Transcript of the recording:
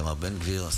איתמר בן גביר.